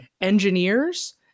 engineers